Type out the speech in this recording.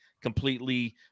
completely